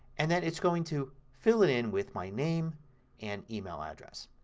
and then it's going to fill it in with my name and email address.